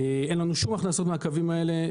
אין לנו שום הכנסות מהקווים האלה,